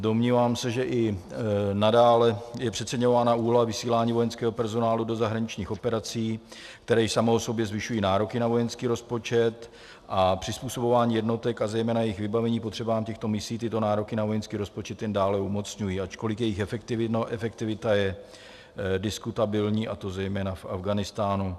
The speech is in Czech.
Domnívám se, že i nadále je přeceňována úloha vysílání vojenského personálu do zahraničních operací, které již samo o sobě zvyšují nároky na vojenský rozpočet, a přizpůsobování jednotek a zejména jejich vybavení potřebám těchto misí tyto nároky na vojenský rozpočet jen dále umocňují, ačkoliv jejich efektivita je diskutabilní, a to zejména v Afghánistánu.